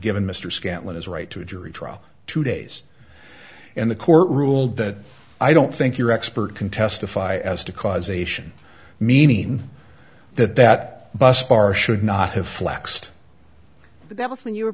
given mr scanlon his right to a jury trial two days and the court ruled that i don't think your expert can testify as to causation meaning that that bus bar should not have flexed but there was when you were